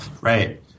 Right